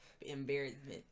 embarrassment